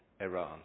Iran